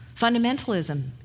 Fundamentalism